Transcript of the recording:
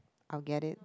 I'll get it